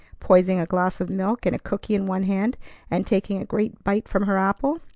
poising a glass of milk and a cooky in one hand and taking a great bite from her apple.